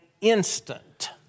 instant